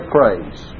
praise